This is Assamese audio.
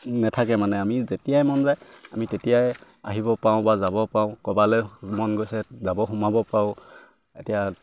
নেথাকে মানে আমি যেতিয়াই মন যায় আমি তেতিয়াই আহিব পাৰোঁ বা যাব পাৰোঁ ক'বালে মন গৈছে যাব সোমাব পাৰোঁ এতিয়া